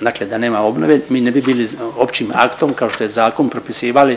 dakle da nema obnove mi ne bi bili općim aktom kao što je zakon propisivali